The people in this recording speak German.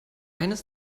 eines